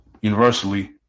universally